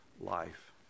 life